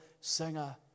singer